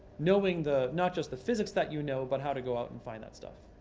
knowing the not just the physics that you know, but how to go out and find that stuff.